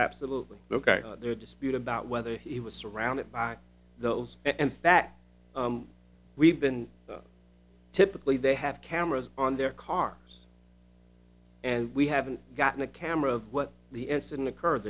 absolutely ok their dispute about whether he was surrounded by those and that we've been typically they have cameras on their cars and we haven't gotten a camera of what the incident occurred